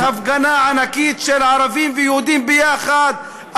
יש הפגנה ענקית של ערבים ויהודים ביחד,